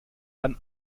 dann